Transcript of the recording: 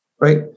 right